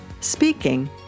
speaking